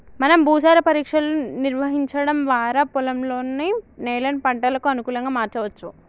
మనం భూసార పరీక్షలు నిర్వహించడం వారా పొలంలోని నేలను పంటలకు అనుకులంగా మార్చవచ్చు